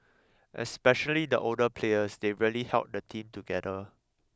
especially the older players they really held the team together